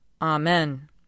Amen